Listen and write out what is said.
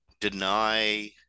deny